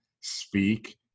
speak